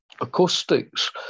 acoustics